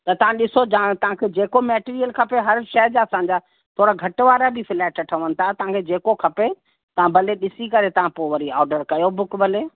त तव्हां ॾिसो जा तांखे जेको मटिरियल खपे हर शइ जा असांजा थोरा घटि वारा बि फ्लैट ठहनि था तव्हांखे जेको खपे तव्हां भले ॾिसी करे तव्हां पोइ वरी ऑडर कयो बुक भले